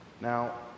Now